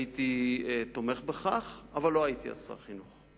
אם הייתי תומך בכך, אבל לא הייתי אז שר החינוך.